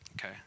Okay